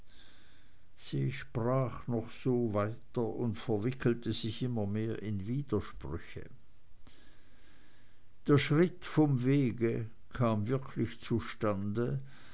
sie sprach noch so weiter und verwickelte sich immer mehr in widersprüche der schritt vom wege kam wirklich zustande